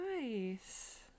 nice